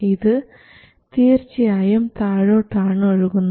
ഇത് തീർച്ചയായും താഴോട്ടാണ് ഒഴുകുന്നത്